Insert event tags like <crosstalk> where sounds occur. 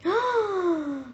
<breath>